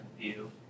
view